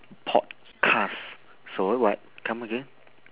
podcast sorry what come again